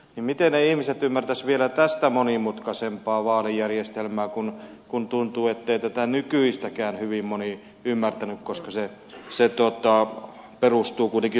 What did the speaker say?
miten ne ihmiset ymmärtäisivät vielä tätä monimutkaisempaa vaalijärjestelmää kun tuntuu ettei tätä nykyistäkään hyvin moni ymmärtänyt joka perustuu kuitenkin suhteellisuuteen